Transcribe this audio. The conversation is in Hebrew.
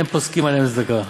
אין פוסקין עליהם צדקה,